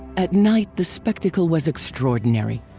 at night the spectacle was extraordinary,